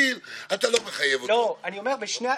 אני חוזר בשבילך